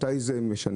מתי זה משנה?